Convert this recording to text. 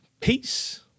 Peace